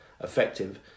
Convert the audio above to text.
effective